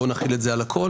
בואו נחיל את זה על הכל.